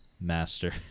Master